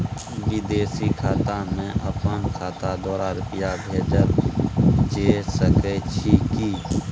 विदेशी खाता में अपन खाता द्वारा रुपिया भेजल जे सके छै की?